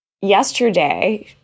yesterday